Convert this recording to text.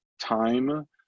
time